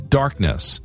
darkness